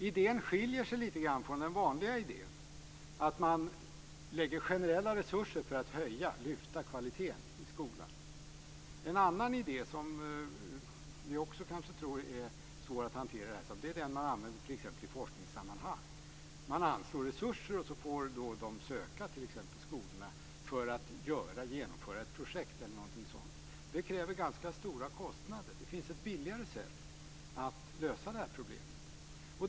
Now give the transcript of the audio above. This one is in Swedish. Idén skiljer sig lite grann från den vanliga idén, att man lägger generella resurser för att höja kvaliteten i skolan. En annan idé som vi också kanske tror är svår att hantera är den man använder t.ex. i forskningssammanhang: Man anslår resurser som skolorna får söka för att genomföra ett projekt eller någonting sådant. Det blir ganska stora kostnader, men det finns ett billigare sätt att lösa det här problemet.